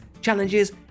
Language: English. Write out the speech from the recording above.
challenges